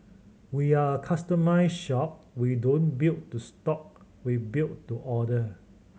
we are a customised shop we don't build to stock we build to order